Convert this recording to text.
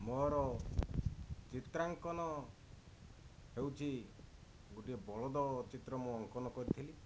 ମୋର ଚିତ୍ରାଙ୍କନ ହେଉଛି ଗୋଟିଏ ବଳଦ ଚିତ୍ର ମୁଁ ଅଙ୍କନ କରିଥିଲି